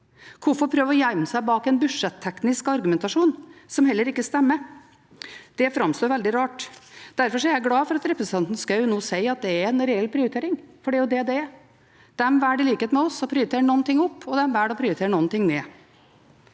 Hvorfor prøve å gjemme seg bak en budsjetteknisk argumentasjon som heller ikke stemmer? Det framstår veldig rart. Derfor er jeg glad for at representanten Schou nå sier at det er en reell prioritering, for det er det det er. De velger i likhet med oss å prioritere noen ting opp, og de velger å prioritere noen ting ned.